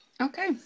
Okay